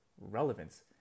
relevance